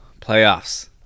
playoffs